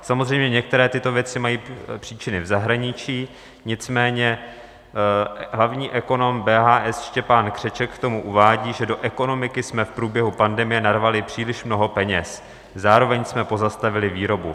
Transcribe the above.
Samozřejmě některé tyto věci mají příčiny v zahraničí, nicméně hlavní ekonom BHS Štěpán Křeček k tomu uvádí, že do ekonomiky jsme v průběhu pandemie narvali příliš mnoho peněz, zároveň jsme pozastavili výrobu.